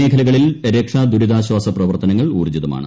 മേഖലകളിൽ രക്ഷാ ദൂരിതാശ്വാസ പ്രവർത്തനങ്ങൾ ഊർജ്ജിതമാണ്